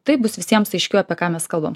taip bus visiems aiškiau apie ką mes kalbam